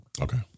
Okay